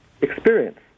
experience